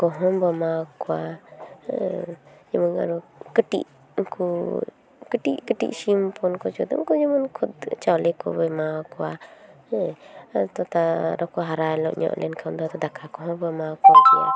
ᱜᱩᱦᱩᱢ ᱵᱚ ᱮᱢᱟᱣ ᱠᱚᱣᱟ ᱠᱟᱹᱴᱤᱡ ᱩᱱᱠᱩ ᱠᱟᱹᱴᱤᱡ ᱥᱤᱢ ᱦᱚᱯᱚᱱ ᱠᱚ ᱡᱚᱫᱤ ᱩᱱᱠᱩ ᱡᱮᱢᱚᱱ ᱠᱷᱚᱫᱮ ᱪᱟᱣᱞᱮ ᱠᱚ ᱮᱢᱟᱣ ᱠᱚᱣᱟ ᱦᱮᱸ ᱟᱫᱚ ᱟᱨᱚ ᱠᱚ ᱦᱟᱨᱟᱧᱚᱜ ᱞᱮᱱ ᱠᱷᱟᱱ ᱫᱟᱠᱟ ᱠᱚᱦᱚᱵᱚᱱ ᱮᱢᱟᱣ ᱠᱚ ᱜᱮᱭᱟ